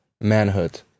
manhood